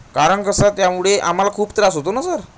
कारण कसं त्यामुळे आम्हाला खूप त्रास होतो ना सर